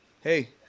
hey